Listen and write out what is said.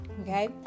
Okay